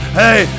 hey